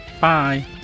Bye